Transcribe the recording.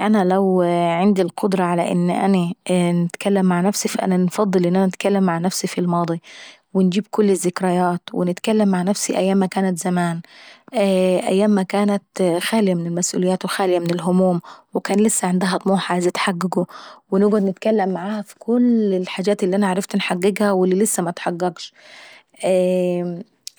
انا لو عندي القدرة على ان اني نتكلم مع نفساي.، فانا نفضل ان انا نتكلم مع نفسي في الماضاي ونجيب الذكريات ونتكلم مع نفسي أيام ما كنات زمان، أيام ما كانت خالية من المسئوليات وخالية من الهموم، وكان لسة عنديها طموح عايزة تحققه. ونقعد نتكلم معاها في كل اللي الحاجات اللي انا عرفت انحققها واللي لسة ماتحققش.